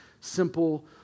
simple